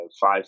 five